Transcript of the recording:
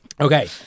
Okay